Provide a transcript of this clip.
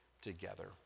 together